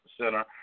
center